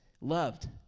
loved